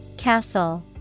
Castle